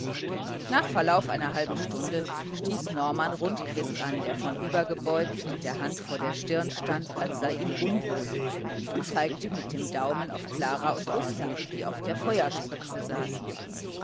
nach verlauf einer halben stunde stieß norman rundquist an der vornübergebeugt mit der hand vor der stirn stand als sei ihm unwohl und zeigte mit dem daumen auf klara und gustav die auf der feuerspritze saßen